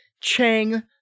Chang